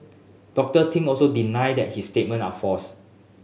Doctor Ting also denies that his statement are false